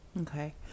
okay